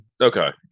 okay